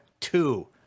Two